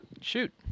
Shoot